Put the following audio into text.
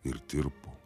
ir tirpo